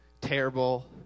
terrible